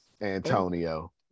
Antonio